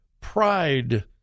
Pride